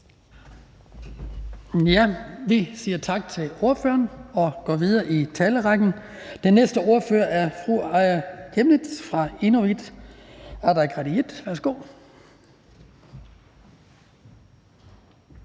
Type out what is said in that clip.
Vi siger tak til ordføreren og går videre i talerrækken. Den næste ordfører er fru Aaja Chemnitz fra Inuit Ataqatigiit. Værsgo.